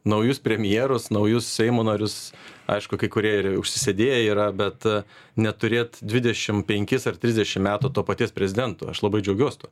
naujus premjerus naujus seimo narius aišku kai kurie ir užsisėdėję yra bet neturėt dvidešim penkis ar trisdešim metų to paties prezidento aš labai džiaugiuos tuo